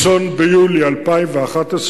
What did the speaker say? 1 ביולי 2011,